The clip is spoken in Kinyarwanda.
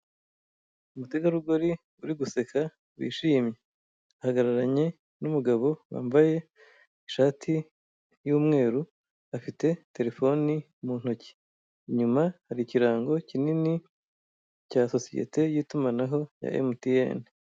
Umutegarugori uri guseka, wishimye. Ahagararanye n'umugabo wambaye ishati y'umweru, afite telefoni mu ntoki. Inyuma hari ikirango kinini, cya sosiyete y'itumanaho, ya emutiyene.